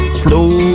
slow